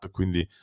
Quindi